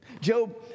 Job